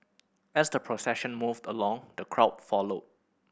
as the procession moved along the crowd followed